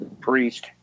priest